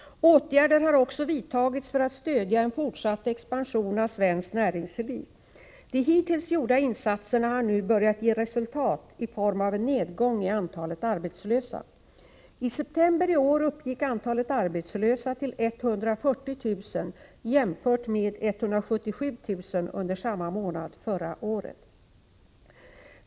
Åtgärder har också vidtagits för att stödja en fortsatt expansion av svenskt näringsliv. De hittills gjorda insatserna har nu börjat ge resultat i form av nedgång i antalet arbetslösa. I september i år uppgick antalet arbetslösa till 140 000 jämfört med 177 000 under samma månad förra året.